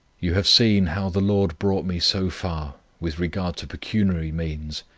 you have seen, how the lord brought me so far, with regard to pecuniary means,